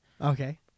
Okay